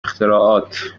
اختراعات